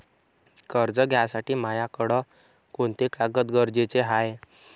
कर्ज घ्यासाठी मायाकडं कोंते कागद गरजेचे हाय?